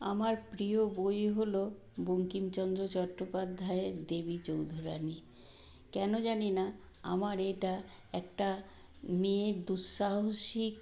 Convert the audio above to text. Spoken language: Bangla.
আমার প্রিয় বই হলো বঙ্কিমচন্দ্র চট্টোপাধ্যায়ের দেবী চৌধুরানী কেন জানি না আমার এটা একটা মেয়ের দুঃসাহসিক